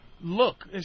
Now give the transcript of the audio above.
look